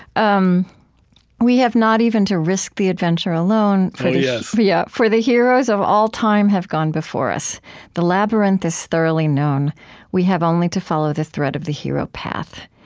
um we have not even to risk the adventure alone for yeah for yeah the heroes of all time have gone before us the labyrinth is thoroughly known we have only to follow the thread of the hero-path.